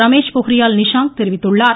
ரமேஷ் பொஹ்ரியால் நிஷாங்க் தெரிவித்துள்ளார்